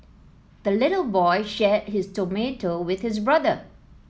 the little boy shared his tomato with his brother